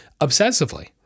obsessively